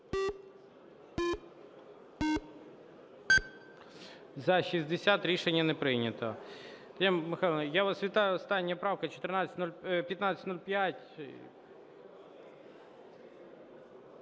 За-60 Рішення не прийнято.